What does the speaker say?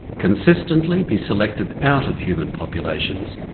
consistently be selected out of human populations,